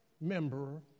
member